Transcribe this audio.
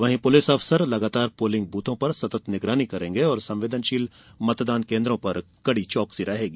वहीं पुलिस अफसर लगातार पोलिंग बूथों पर सतत निगरानी करेंगे और संवेदनशील मतदान केन्द्रों पर कड़ी चौकसी रहेगी